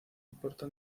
importa